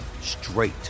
straight